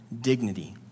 dignity